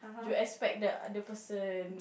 you expect the the person